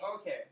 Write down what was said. okay